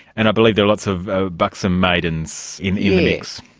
and i believe there are lots of ah buxom maidens in the mix?